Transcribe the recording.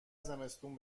زمستون